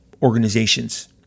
organizations